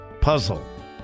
puzzle